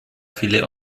viele